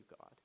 God